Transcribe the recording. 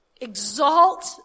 exalt